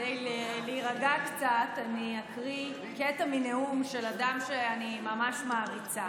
כדי להירגע קצת אני אקריא קטע מנאום של אדם שאני ממש מעריצה,